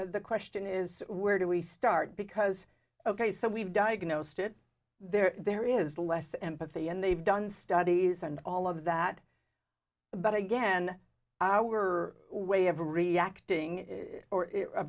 the question is where do we start because ok so we've diagnosed it there there is less empathy and they've done studies and all of that but again our way of reacting or